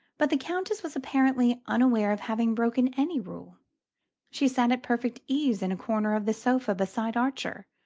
but the countess was apparently unaware of having broken any rule she sat at perfect ease in a corner of the sofa beside archer,